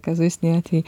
kazuistiniai atvejai